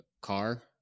car